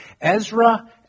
Ezra